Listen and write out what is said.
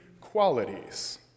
qualities